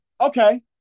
okay